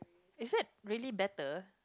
is that really better